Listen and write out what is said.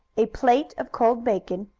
a plate of cold bacon,